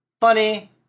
funny